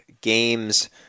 games